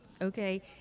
Okay